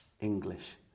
English